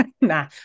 Nah